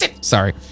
Sorry